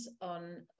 on